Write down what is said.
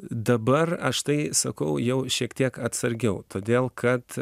dabar aš tai sakau jau šiek tiek atsargiau todėl kad